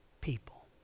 people